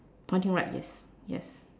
pointing right yes yes